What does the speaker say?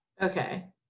Okay